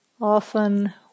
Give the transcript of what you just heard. Often